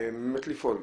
באמת לפעול.